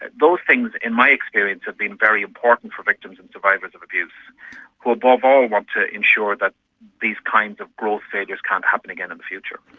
and those things in my experience have been very important for victims and survivors of abuse who above all want to ensure that these kinds of gross failures can't happen again in the future.